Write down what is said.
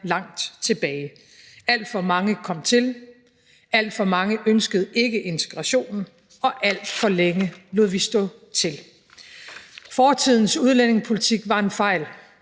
langt tilbage. Alt for mange kom hertil, alt for mange ønskede ikke integrationen, og alt for længe lod vi stå til. Fortidens udlændingepolitik var en fejl